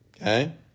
Okay